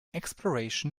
exploration